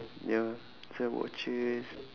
ya sell watches